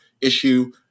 issue